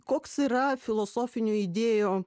koks yra filosofinių idėjų